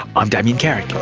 i'm damien carrick,